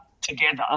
together